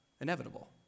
inevitable